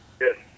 Yes